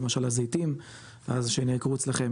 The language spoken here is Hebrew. למשל הזיתים אז שנעקרו אצלכם,